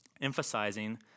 emphasizing